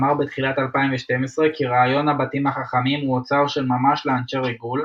אמר בתחילת 2012 כי רעיון "הבתים החכמים" הוא אוצר של ממש לאנשי ריגול,